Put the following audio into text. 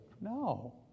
No